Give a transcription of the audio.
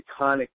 iconic